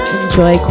enjoy